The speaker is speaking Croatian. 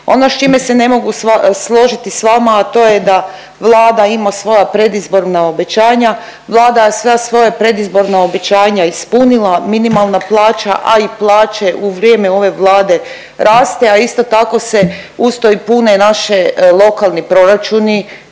Ono s čime se ne mogu složiti s vama, a to je da Vlada ima svoja predizborna obećanja. Vlada je sva svoja predizborna obećanja ispunila, minimalna plaća, a i plaće u vrijeme ove Vlade raste, a isto tako se i pune naše lokalni proračuni